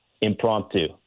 impromptu